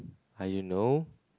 I don't know